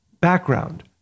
background